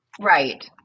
right